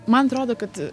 man atrodo kad